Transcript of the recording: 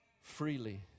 freely